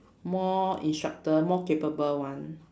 more instructor more capable one